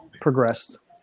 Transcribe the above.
progressed